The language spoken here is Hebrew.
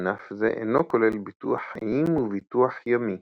ענף זה אינו כולל ביטוח חיים וביטוח ימי.